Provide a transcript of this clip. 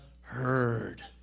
heard